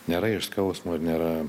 nėra iš skausmo ir nėra